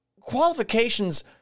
Qualifications